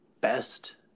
best